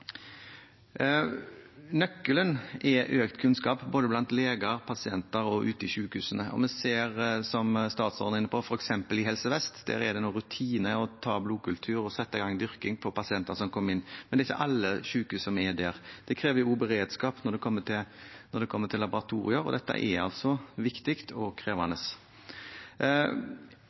Nøkkelen er økt kunnskap både blant leger, blant pasienter og ute i sykehusene. Som statsråden var inne på, ser vi at f.eks. i Helse Vest er det nå rutine å ta blodkultur og sette i gang dyrking på pasienter som kommer inn. Men det er ikke alle sykehus som er der. Det krever også beredskap når det kommer til laboratorier, og dette er viktig og krevende.